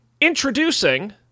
Introducing